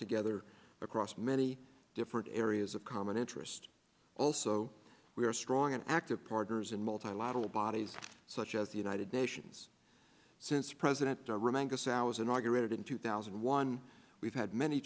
together across many different areas of common interest also we are strong and active partners in multilateral bodies such as the united nations since president to remind us ours inaugurated in two thousand and one we've had many